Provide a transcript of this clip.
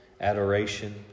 adoration